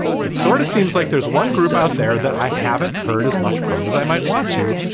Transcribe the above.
but it sort of seems like there's one group out there that i haven't heard as much from as i might want to,